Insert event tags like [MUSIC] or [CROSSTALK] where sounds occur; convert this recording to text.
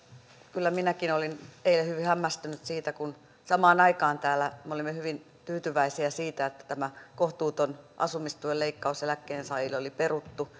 kyllä minäkin olin eilen hyvin hämmästynyt siitä että kun samaan aikaan täällä me olimme hyvin tyytyväisiä siitä että tämä kohtuuton asumistuen leikkaus eläkkeensaajille oli peruttu [UNINTELLIGIBLE]